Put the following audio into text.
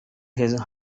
his